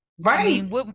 right